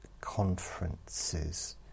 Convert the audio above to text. conferences